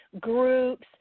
groups